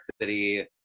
city